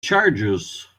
charges